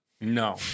No